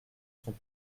sont